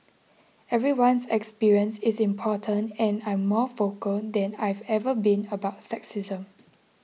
everyone's experience is important and I'm more vocal than I've ever been about sexism